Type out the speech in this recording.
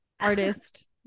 artist